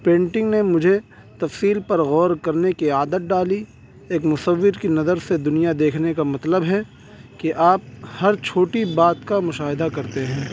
painting نے مجھے تصویر پر غور کرنے کی عادت ڈالی ایک مصور کی نظر سے دنیا دیکھنے کا مطلب ہے کہ آپ ہر چھوٹی بات کا مشاہدہ کرتے ہیں